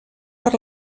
per